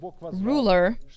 ruler